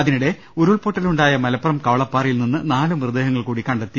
അതിനിടെ ഉരുൾപൊട്ടലുണ്ടായ മലപ്പുറം കവളപ്പാറയിൽ നിന്ന് നാലു മൃതദേഹങ്ങൾ കൂടി കണ്ടെത്തി